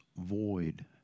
void